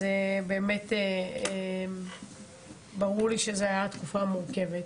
אז באמת ברור לי שזה היה תקופה מורכבת.